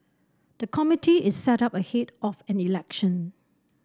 the committee is set up ahead of an election